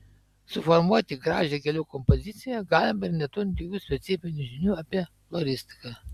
suformuoti gražią gėlių kompoziciją galima ir neturint jokių specifinių žinių apie floristiką